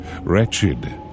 Wretched